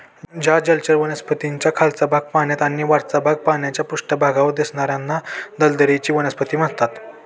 ज्या जलचर वनस्पतींचा खालचा भाग पाण्यात आणि वरचा भाग पाण्याच्या पृष्ठभागावर दिसणार्याना दलदलीची वनस्पती म्हणतात